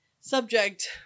subject